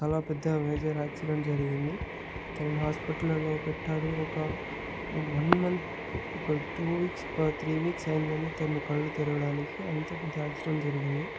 చాలా పెద్ద major accident జరిగింది తనను హాస్పిటల్ లో పెట్టారు ఒక వన్ మంత్ ఒక టూ వీక్స్ త్రీ వీక్స్ అయ్యిందండి తను కళ్ళు తెరవడానికి అంత పెద్ద యాక్సిడెంట్ జరిగింది